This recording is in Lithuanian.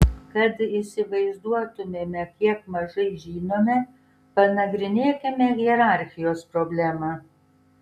kad įsivaizduotumėme kiek mažai žinome panagrinėkime hierarchijos problemą